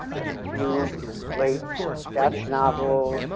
the few late death novels,